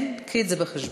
הביאי את זה בחשבון.